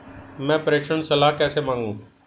मैं प्रेषण सलाह कैसे मांगूं?